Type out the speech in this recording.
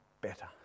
better